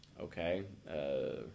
okay